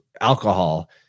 alcohol